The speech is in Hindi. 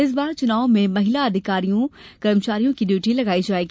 इस बार चुनावों में महिला अधिकारियोंकृकर्मचारियों की ड्यूटी लगाई जायेगी